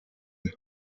ine